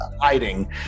hiding